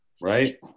Right